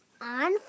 on